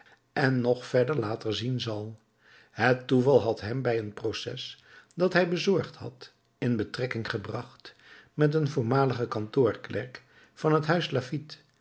en nog verder later zien zal het toeval had hem bij een proces dat hij bezorgd had in betrekking gebracht met een voormaligen kantoorklerk van het